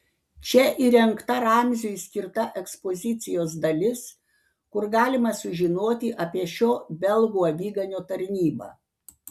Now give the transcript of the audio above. čia įrengta ramziui skirta ekspozicijos dalis kur galima sužinoti apie šio belgų aviganio tarnybą